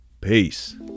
Peace